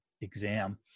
exam